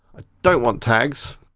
ah don't want tags,